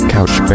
Couch